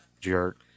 jerk